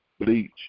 bleach